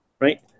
right